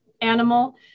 animal